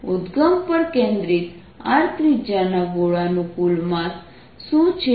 ઉદ્દગમ પર કેન્દ્રિત r ત્રિજ્યાના ગોળાનું કુલ માસ શું છે